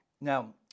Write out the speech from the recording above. now